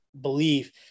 belief